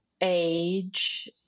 age